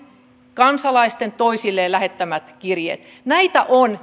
kansalaisten toisilleen lähettämät kirjeet näitä on